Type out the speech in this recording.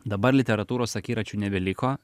dabar literatūros akiračių nebeliko